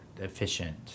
efficient